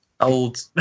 old